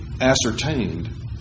ascertained